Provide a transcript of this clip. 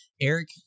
Eric